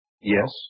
Yes